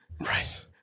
Right